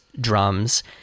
drums